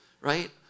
right